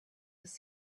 was